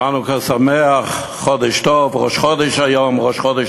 חנוכה שמח, חודש טוב, ראש חודש היום, ראש חודש